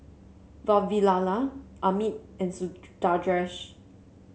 Vavilala Amit and